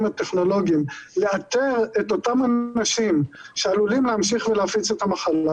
טכנולוגיים את אותם אנשים שעלולים להמשיך להפיץ את המחלה